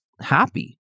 happy